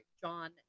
John